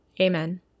Amen